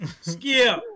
Skip